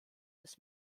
des